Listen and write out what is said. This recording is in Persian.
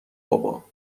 بابا